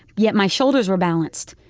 yet my shoulders were balanced,